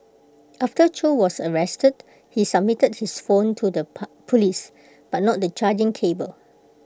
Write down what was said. after chow was arrested he submitted his phone to the po Police but not the charging cable